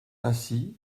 aussi